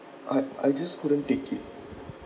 I I just couldn't take it